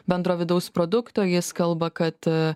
bendro vidaus produkto jis kalba kad